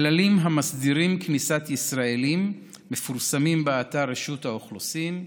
הכללים המסדירים כניסת ישראלים מתפרסמים באתר רשות האוכלוסין.